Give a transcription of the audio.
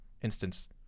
instance